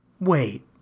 Wait